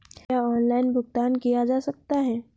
क्या ऑनलाइन भुगतान किया जा सकता है?